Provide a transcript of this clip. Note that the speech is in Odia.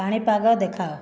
ପାଣିପାଗ ଦେଖାଅ